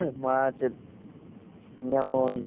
মাছ যেমন